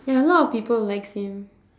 ya a lot of people likes him